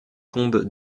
combe